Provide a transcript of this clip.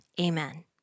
Amen